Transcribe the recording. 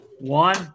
One